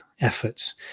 efforts